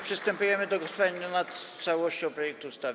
Przystępujemy do głosowania nad całością projektu ustawy.